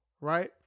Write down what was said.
Right